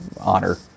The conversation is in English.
honor